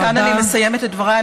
וכאן אני מסיימת את דבריי.